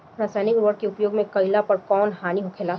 रसायनिक उर्वरक के उपयोग कइला पर कउन हानि होखेला?